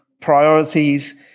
priorities